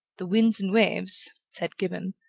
the winds and waves, said gibbon,